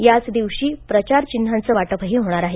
याचदिवशी प्रचारचिन्हांचं वाटपही होणार आहे